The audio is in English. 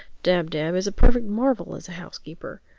dab-dab is a perfect marvel as a housekeeper.